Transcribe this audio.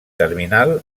terminal